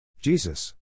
Jesus